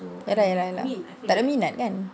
ya lah ya lah ya lah tak ada minat kan